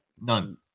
None